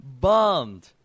bummed